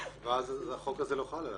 ואז החוק הזה לא חל עליו.